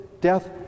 death